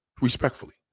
Respectfully